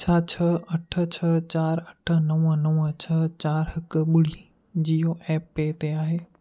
छा छह अठ छह चार अठ नव नव छह चार हिकु ॿुड़ी जीओ ऐप पे ते आहे